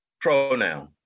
pronoun